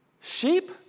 Sheep